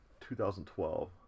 2012